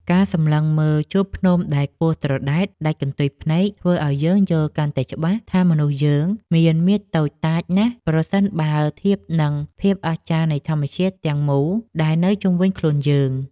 ការសម្លឹងមើលជួរភ្នំដែលខ្ពស់ត្រដែតដាច់កន្ទុយភ្នែកធ្វើឱ្យយើងយល់កាន់តែច្បាស់ថាមនុស្សយើងមានមាឌតូចតាចណាស់ប្រសិនបើធៀបនឹងភាពអស្ចារ្យនៃធម្មជាតិទាំងមូលដែលនៅជុំវិញខ្លួនយើង។